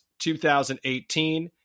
2018